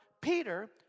Peter